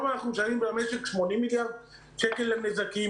אנחנו משלמים 80 מיליארד שקל על נזקים,